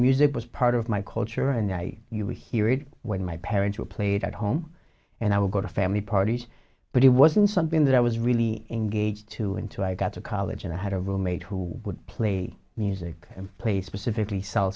music was part of my culture and i you would hear it when my parents were played at home and i would go to family parties but it wasn't something that i was really engaged to until i got to college and i had a roommate who would play music and play specifically s